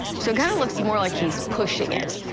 so it kind of looks more like he's pushing it.